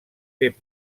fer